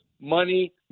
money